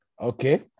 Okay